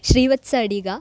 श्रीवत्सः अडिगा